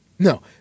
No